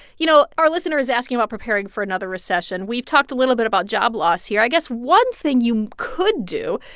you know, our listener is asking about preparing for another recession. we've talked a little bit about job loss here. i guess one thing you could do,